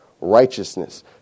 righteousness